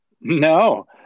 No